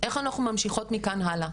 איך אנחנו ממשיכות מכאן הלאה,